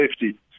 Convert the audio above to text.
safety